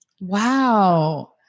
Wow